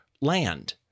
land